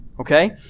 Okay